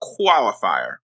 qualifier